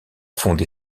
fondé